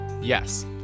yes